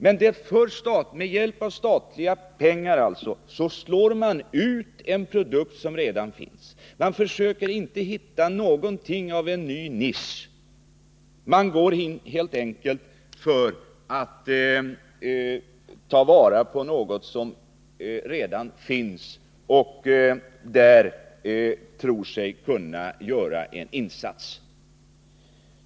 Men med hjälp av statliga pengar slår SSAB ut en produkt som redan finns. SSAB försöker inte hitta en ny nisch. Företaget går helt enkelt in för att ta vara på en produkt som redan finns och etablera sig på en marknad där man tror sig kunna göra en insats.